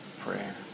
prayer